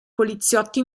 poliziotti